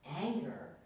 anger